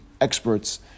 experts